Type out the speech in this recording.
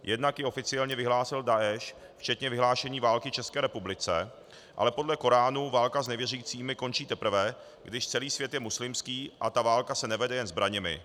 Jednak ji oficiálně vyhlásil Daeš včetně vyhlášení války České republice, ale podle Koránu válka s nevěřícími končí, teprve když celý svět je muslimský a válka se nevede jen zbraněmi.